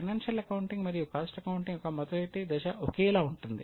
financial accounting మరియు cost accounting యొక్క మొదటి దశ ఒకేలా ఉంటుంది